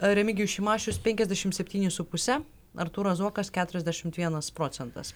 remigijus šimašius penkiasdešimt septyni su puse artūras zuokas keturiasdešimt vienas procentas